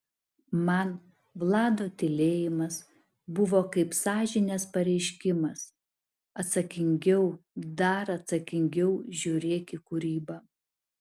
man vlado tylėjimas buvo kaip sąžinės pareiškimas atsakingiau dar atsakingiau žiūrėk į kūrybą